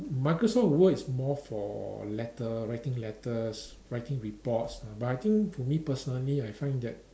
Microsoft Word is more for letter writing letters writing reports but I think for me personally I find that